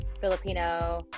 Filipino